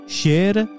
share